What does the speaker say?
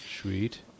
Sweet